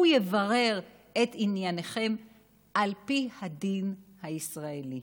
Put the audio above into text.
והוא יברר את ענייניכם על פי הדין הישראלי.